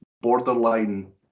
borderline